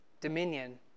dominion